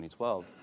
2012